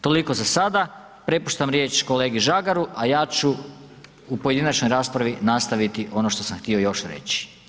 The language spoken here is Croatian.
Toliko za sada, prepuštam riječ kolegi Žagaru a ja ću u pojedinačnoj raspravi nastaviti ono što sam htio još reći.